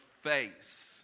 face